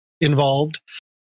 involved